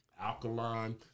alkaline